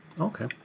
Okay